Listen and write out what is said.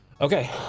Okay